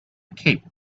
cape